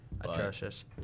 Atrocious